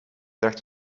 draagt